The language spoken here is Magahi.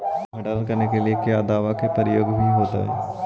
भंडारन करने के लिय क्या दाबा के प्रयोग भी होयतय?